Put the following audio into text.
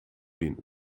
den